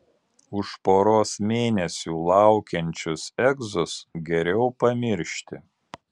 už poros mėnesių laukiančius egzus geriau pamiršti